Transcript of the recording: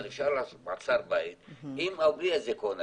אבל אפשר לעשות מעצר בית עם או בלי אזיקון אלקטרוני.